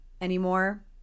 anymore